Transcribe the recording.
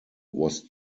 was